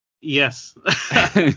Yes